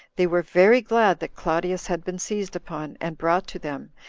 they were very glad that claudius had been seized upon, and brought to them,